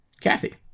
Kathy